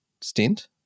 stint